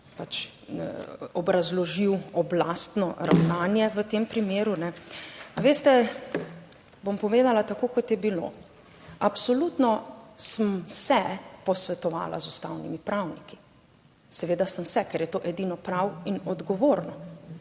obrazložil oblastno ravnanje v tem primeru. Veste, bom povedala tako kot je bilo. Absolutno sem se posvetovala z ustavnimi pravniki. Seveda sem se, ker je to edino prav in odgovorno.